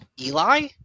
Eli